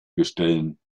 bestellen